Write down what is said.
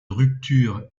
rupture